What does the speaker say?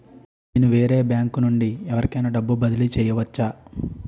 నేను వేరే బ్యాంకు నుండి ఎవరికైనా డబ్బు బదిలీ చేయవచ్చా?